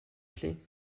clés